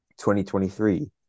2023